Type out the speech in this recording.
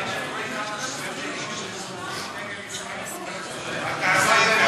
עושים עם נטורי קרתא במאה-שערים ששורפים את דגל ישראל